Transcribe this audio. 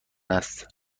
است